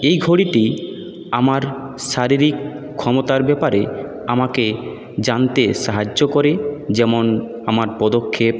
এই ঘড়িটি আমার শারীরিক ক্ষমতার ব্যাপারে আমাকে জানতে সাহায্য করে যেমন আমার পদক্ষেপ